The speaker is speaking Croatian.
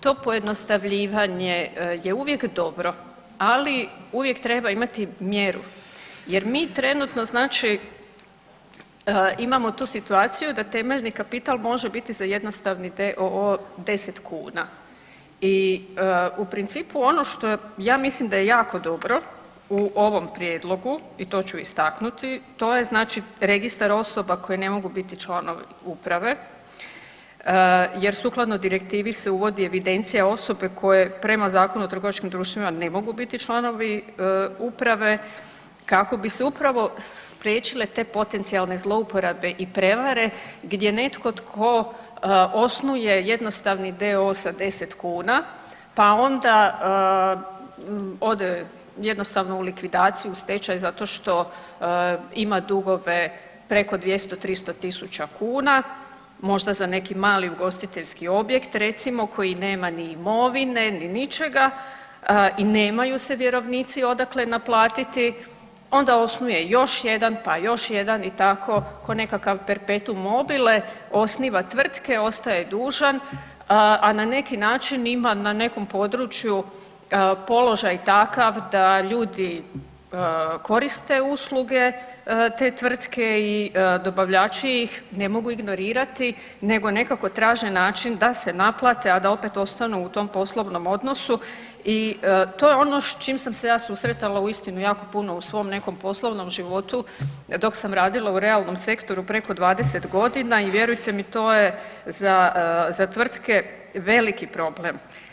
To pojednostavljivanje je uvijek dobro, ali uvijek treba imati mjeru jer mi trenutno znači imamo tu situaciju da temeljni kapital može biti za jednostavni d.o.o. 10 kuna i u principu ono što ja mislim da je jako dobro u ovom prijedlogu i to ću istaknuti, to je znači registar osoba koji ne mogu biti članovi uprave jer sukladno direktivi se uvodi evidencija osobe koje prema Zakonu o trgovačkim društvima ne mogu biti članovi uprave kako bi se upravo spriječile te potencionalne zlouporabe i prevare gdje netko tko osnuje jednostavni d.o.o sa 10 kuna, pa onda ode jednostavno u likvidaciju, u stečaj zato što ima dugove preko 200-300.000 kuna, možda za neki mali ugostiteljski objekt recimo koji nema ni imovine ni ničega i nemaju se vjerovnici odakle naplatiti, onda osnuje još jedan, pa još jedan i tako ko nekakav perpetum mobile osniva tvrtke, ostaje dužan, a na neki način ima na nekom području položaj takav da ljudi koriste usluge te tvrtke i dobavljači ih ne mogu ignorirati nego nekako traže način da se naplate, a da opet ostanu u tom poslovnom odnosu i to je ono s čim sam se ja susretala uistinu jako puno u svom nekom poslovnom životu dok sam radila u realnom sektoru preko 20.g. i vjerujte mi je to je za, za tvrtke veliki problem.